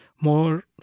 more